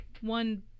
one